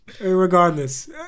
Regardless